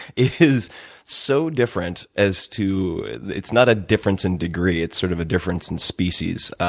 is so different as to it's not a difference in degree. it's sort of a difference in species.